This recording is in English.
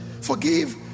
Forgive